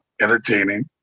entertaining